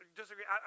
disagree